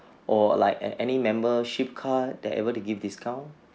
or like an~ any membership card that able to give discount